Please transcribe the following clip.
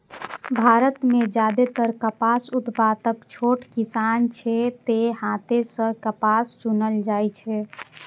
भारत मे जादेतर कपास उत्पादक छोट किसान छै, तें हाथे सं कपास चुनल जाइ छै